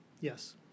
Yes